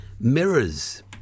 mirrors